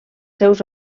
seus